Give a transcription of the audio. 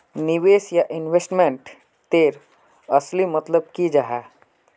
निवेश या इन्वेस्टमेंट तेर असली मतलब की जाहा?